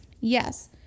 Yes